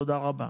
תודה רבה.